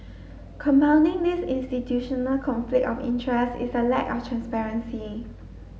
compounding this institutional conflict of interest is a lack of transparency